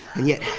and yet,